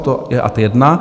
To je ad jedna.